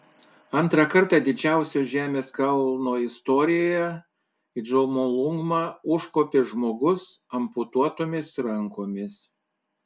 antrą kartą didžiausios žemės kalno istorijoje į džomolungmą užkopė žmogus amputuotomis rankomis